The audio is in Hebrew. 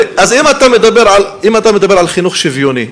אם אתה מדבר על חינוך שוויוני,